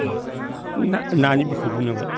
दे नानि बिसय बुंनांबाय